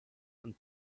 and